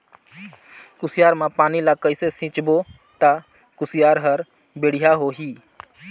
कुसियार मा पानी ला कइसे सिंचबो ता कुसियार हर बेडिया होही?